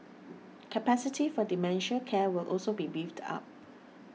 capacity for dementia care will also be beefed up